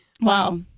Wow